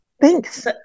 Thanks